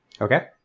okay